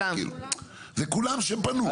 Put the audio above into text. כל מי שפנה.